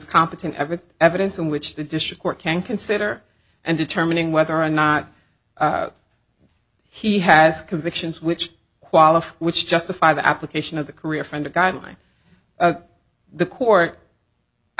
competent every evidence in which the district court can consider and determining whether or not he has convictions which qualify which justify the application of the career find a guideline the court i